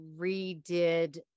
redid